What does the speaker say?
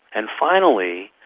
and finally,